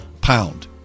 pound